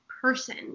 person